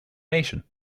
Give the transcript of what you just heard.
nation